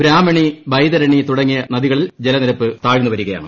ബ്രാഹ്മണി ബൈതരണി തുടങ്ങിയ നദികളിൽ ജലനിരപ്പ് താഴ്ന്ന് വരികയാണ്